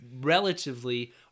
relatively